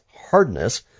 hardness